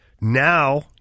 Now